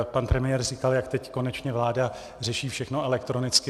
Pan premiér říkal, jak teď konečně vláda řeší všechno elektronicky.